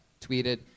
tweeted